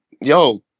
yo